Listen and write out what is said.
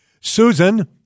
susan